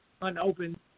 unopened